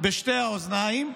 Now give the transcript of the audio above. בשתי האוזניים.